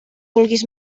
vulguis